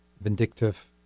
vindictive